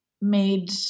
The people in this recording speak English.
made